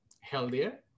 healthier